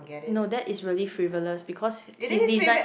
no that is really frivolous because his design